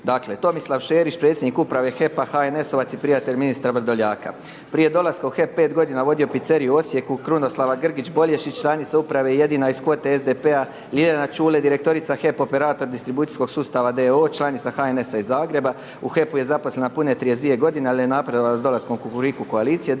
Dakle, Tomislav Šerić predsjednik uprave HEP-a HNS-ovac i prijatelj ministra Vrdoljaka. Prije dolaska u HEP 5 godina je vodio piceriju u Osijeku. Krunoslava Grgić Bolješić, članica uprave jedina iz kvote SDP-a. Ljiljana Čule, direktorica HEP operator distribucijskog sustava d.o.o. članica HNS-a iz Zagreba. U HEP-u je zaposlena pune 32 godine, ali je napredovala sa dolaskom Kukuriku koalicije.